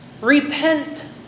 Repent